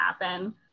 happen